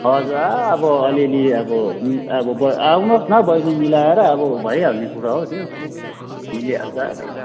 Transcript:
हजुर आ अब अलिअलि अब नि अब बढ आउनुहोस् न बैनी मिलाएर अब भइहाल्ने कुरा हो त्यो मिलिहाल्छ अलिअलि